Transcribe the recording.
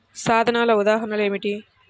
సాధనాల ఉదాహరణలు ఏమిటీ?